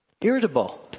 irritable